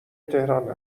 تهران